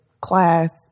class